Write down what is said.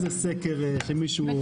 אתה יודע שזה סקר שמישהו הזמין.